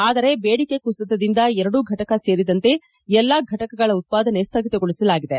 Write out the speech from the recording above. ಆದರೆ ಬೇದಿಕೆ ಕುಸಿತದಿಂದ ಎರಡೂ ಘಟಕ ಸೇರಿದಂತೆ ಎಲ್ಲ ಘಟಕಗಳ ಉತ್ಪಾದನೆ ಸ್ವಗಿತಗೊಳಿಸಲಾಗಿದೆ